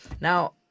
Now